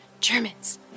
Germans